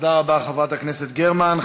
תודה רבה, חברת הכנסת גרמן.